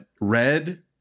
Red